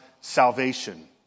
salvation